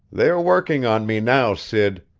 they are working on me now, sid,